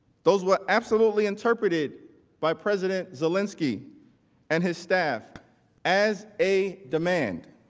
those were absolutely interpreted by president zelensky and his staff as a demand.